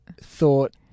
thought